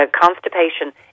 constipation